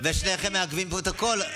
ושניכם מעכבים פה את הכול.